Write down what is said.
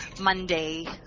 Monday